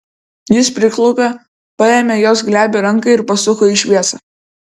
jis priklaupė paėmė jos glebią ranką ir pasuko į šviesą